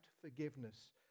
forgiveness